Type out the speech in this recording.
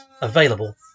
available